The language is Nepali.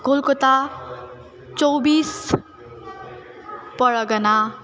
कलकत्ता चौबिस परगना